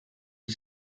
est